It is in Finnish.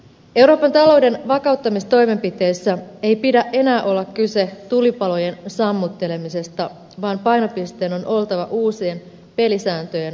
euroopan talouden vakauttamistoimenpiteissä ei pidä enää olla kyse tulipalojen sammuttelemisesta vaan painopisteen on oltava uusien pelisääntöjen luomisessa